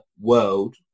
world